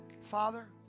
Father